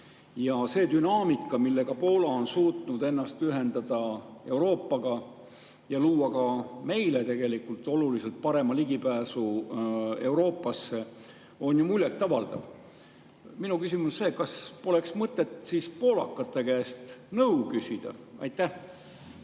See dünaamika, kuidas Poola on suutnud ennast ühendada Euroopaga ja luua ka meile oluliselt parema ligipääsu Euroopale, on muljetavaldav. Minu küsimus on see: kas poleks mõtet poolakate käest nõu küsida? Aitäh!